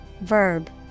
verb